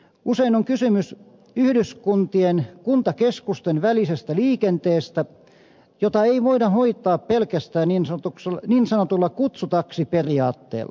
usein on kysymys yhdyskuntien kuntakeskusten välisestä liikenteestä jota ei voida hoitaa pelkästään niin sanotulla kutsutaksiperiaatteella